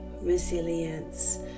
resilience